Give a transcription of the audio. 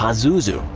pazuzu.